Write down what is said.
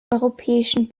europäischen